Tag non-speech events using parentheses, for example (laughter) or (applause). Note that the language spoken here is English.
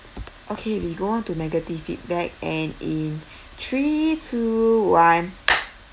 okay we go on to negative feedback and in three two one (noise)